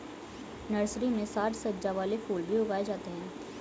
nursery में साज सज्जा वाले फूल भी उगाए जाते हैं